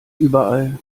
überall